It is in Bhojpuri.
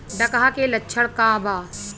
डकहा के लक्षण का वा?